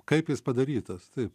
kaip jis padarytas taip